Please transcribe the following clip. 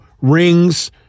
rings